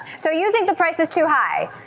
so you think the price is too high?